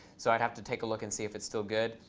so i'd have to take a look and see if it's still good.